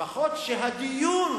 לפחות שהדיון